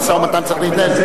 המשא-וטטמתן צריך להתנהל,